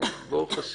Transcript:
ברוך השם.